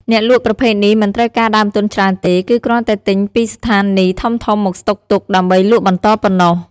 អ្នកលក់ប្រភេទនេះមិនត្រូវការដើមទុនច្រើនទេ គឺគ្រាន់តែទិញពីស្ថានីយ៍ធំៗមកស្តុកទុកដើម្បីលក់បន្តប៉ុណ្ណោះ។